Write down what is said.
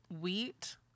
wheat